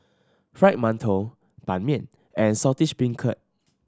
Fried Mantou Ban Mian and Saltish Beancurd